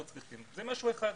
זה משהו אחד.